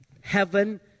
heaven